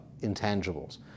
intangibles